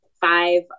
five